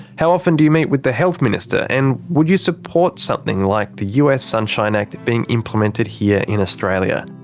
how often do you meet with the health minister, and would you support something like the us sunshine act being implemented here in australia?